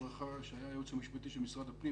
זה משהו שקיים עשרות שנים.